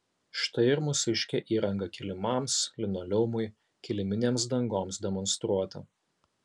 štai ir mūsiškė įranga kilimams linoleumui kiliminėms dangoms demonstruoti